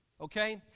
okay